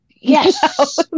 yes